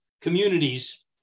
communities